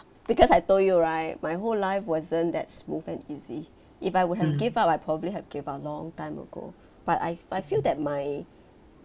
because I told you right my whole life wasn't that smooth and easy if I would have give up I probably have gave up long time ago but I I feel that my